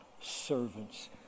servants